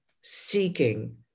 seeking